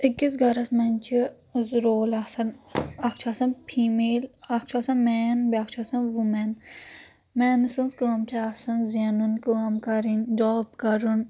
أکِس گرس منٛز چھِ زٕ رول آسان اکھ چھُ آسان فی میل اکھ چھُ آسان مین بیٛاکھ چھُ آسان وٗمین مین سٕنٛز کٲم چھِ آسان زینُن کٲم کَرٕنۍ جاب کَرُن